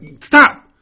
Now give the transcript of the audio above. stop